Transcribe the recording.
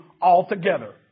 altogether